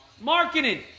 Marketing